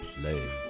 play